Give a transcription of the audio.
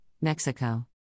Mexico